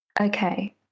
Okay